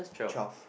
twelve